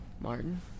Martin